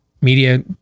Media